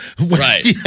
Right